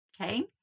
Okay